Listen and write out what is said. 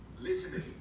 listening